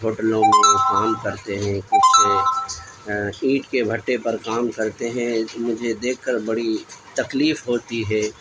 ہوٹلوں میں کام کرتے ہیں کچھ اینٹ کے بھٹے پر کام کرتے ہیں مجھے دیکھ کر بڑی تکلیف ہوتی ہے